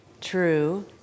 True